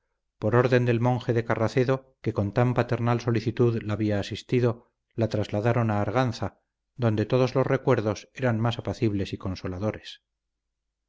por orden del monje de carracedo que con tan paternal solicitud la había asistido la trasladaron a arganza donde todos los recuerdos eran más apacibles y consoladores